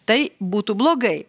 tai būtų blogai